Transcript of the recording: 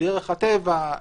בדרך הטבע,